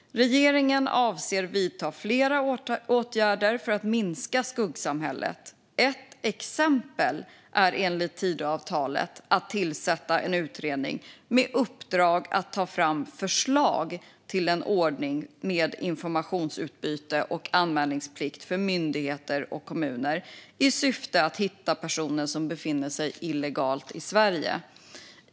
Regeringen avser att vidta ett flertal åtgärder för att minska skuggsamhället. Ett exempel är att i enlighet med Tidöavtalet tillsätta en utredning med uppdrag att ta fram förslag till en ordning med informationsutbyte och anmälningsplikt för myndigheter och kommuner i syfte att hitta personer som befinner sig illegalt i Sverige.